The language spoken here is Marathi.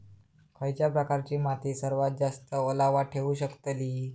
खयच्या प्रकारची माती सर्वात जास्त ओलावा ठेवू शकतली?